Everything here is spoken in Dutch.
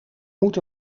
moet